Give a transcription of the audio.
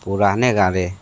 पुराने गाने